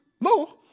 No